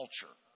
culture